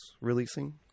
releasing